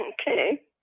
Okay